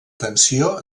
tensió